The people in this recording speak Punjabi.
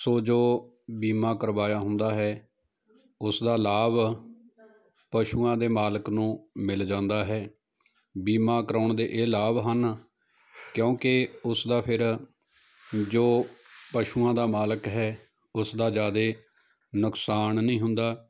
ਸੋ ਜੋ ਬੀਮਾ ਕਰਵਾਇਆ ਹੁੰਦਾ ਹੈ ਉਸ ਦਾ ਲਾਭ ਪਸ਼ੂਆਂ ਦੇ ਮਾਲਕ ਨੂੰ ਮਿਲ ਜਾਂਦਾ ਹੈ ਬੀਮਾ ਕਰਵਾਉਣ ਦੇ ਇਹ ਲਾਭ ਹਨ ਕਿਉਂਕਿ ਉਸ ਦਾ ਫਿਰ ਜੋ ਪਸ਼ੂਆਂ ਦਾ ਮਾਲਕ ਹੈ ਉਸ ਦਾ ਜ਼ਿਆਦੇ ਨੁਕਸਾਨ ਨਹੀਂ ਹੁੰਦਾ